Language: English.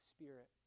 Spirit